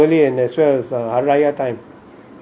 ugh ya that one was last year during deepavali as well as hari raya time